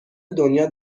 دنیا